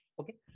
Okay